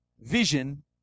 vision